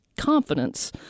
confidence